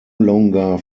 longer